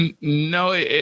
No